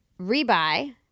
rebuy